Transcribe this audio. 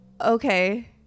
okay